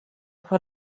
put